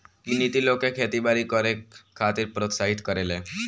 इ नीति लोग के खेती बारी करे खातिर प्रोत्साहित करेले